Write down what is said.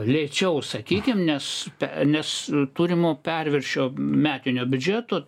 lėčiau sakykim nes pe nis turimo perviršio metinio biudžeto